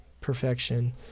perfection